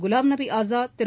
Ghulam Nabi Azad Thiru